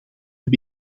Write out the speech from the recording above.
heb